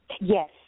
Yes